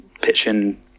pitching